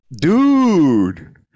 Dude